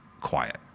quiet